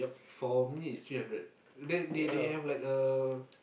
for me it's three hundred they they have like a